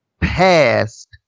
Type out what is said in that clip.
past